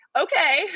okay